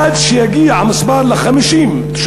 עד שיגיע מספר התושבים ל-50,